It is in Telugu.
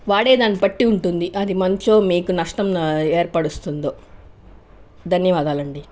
వాడే దాని బట్టి ఉంటుంది అది మంచో మీకు నష్టం ఏర్పరుస్తుందో ధన్యవాదాలండీ